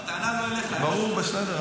הטענה לא אליך --- ברור, בסדר.